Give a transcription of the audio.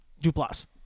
Duplass